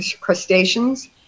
crustaceans